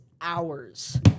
hours